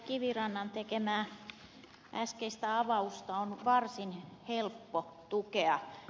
kivirannan tekemää äskeistä avausta on varsin helppo tukea